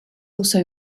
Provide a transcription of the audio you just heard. also